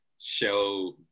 show